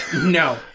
No